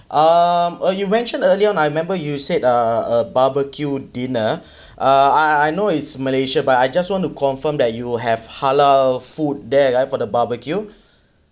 um uh you mentioned earlier I remember you said uh a barbecue dinner uh I~ I know it's malaysia but I just want to confirm that you have halal food there right for the barbecue